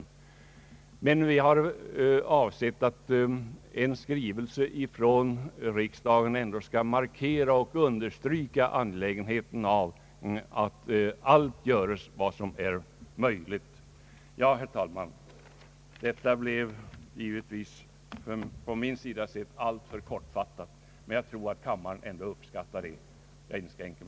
Reservanternas avsikt har här varit att genom en skrivelse från riksdagen markera och understryka angelägenheten av att allt göres som är möjligt. Herr talman! Detta inlägg blev givetvis ur min synpunkt alltför kortfattat, men jag tror ändå att kammaren uppskattar att jag inte tar kammarens tid i anspråk längre.